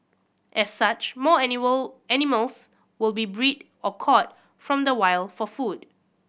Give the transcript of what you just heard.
as such more animal animals will be bred or caught from the wild for food